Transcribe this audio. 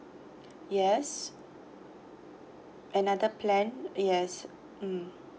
yes another plan yes mm